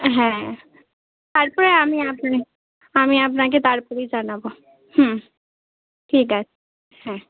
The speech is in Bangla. হ্যাঁ তারপরে আমি আপনাকে আমি আপনাকে তারপরেই জানাব হুম ঠিক আছে হ্যাঁ